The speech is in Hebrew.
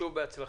שוב, בהצלחה.